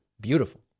Beautiful